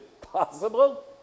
possible